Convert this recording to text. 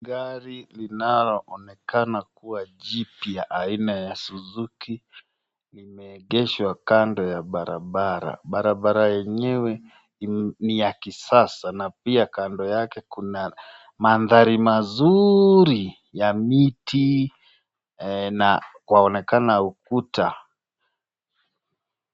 Gari linaloonekana kuwa jipya aina ya zuzuki limeegeshwa kando ya Barabara, Barabara yenyewe ni ya kisasa na pia kando yake Kuna mandhari mazurii ya miti na kuonekana ukuta